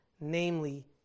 namely